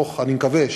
אני מקווה,